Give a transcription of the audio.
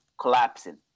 collapsing